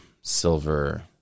Silver